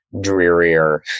drearier